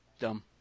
Dumb